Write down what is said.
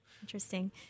Interesting